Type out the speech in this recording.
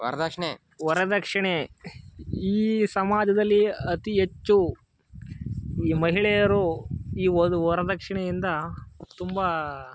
ವರ್ದಕ್ಷಿಣೆ ವರ್ದಕ್ಷಿಣೆ ಈ ಸಮಾಜದಲ್ಲಿ ಅತಿ ಹೆಚ್ಚು ಈ ಮಹಿಳೆಯರು ಈ ಒಂದು ವರ್ದಕ್ಷಿಣೆಯಿಂದ ತುಂಬ